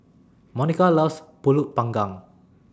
Monica loves Pulut Panggang